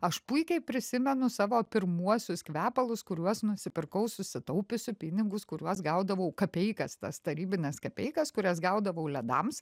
aš puikiai prisimenu savo pirmuosius kvepalus kuriuos nusipirkau susitaupiusi pinigus kuriuos gaudavau kapeikas tas tarybines kapeikas kurias gaudavau ledams